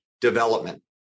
development